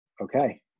okay